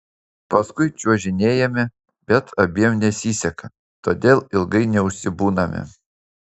paskui čiuožinėjame bet abiem nesiseka todėl ilgai neužsibūname